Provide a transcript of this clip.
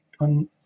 on